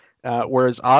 Whereas